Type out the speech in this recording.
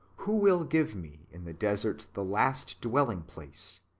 who will give me in the desert the last dwelling-place?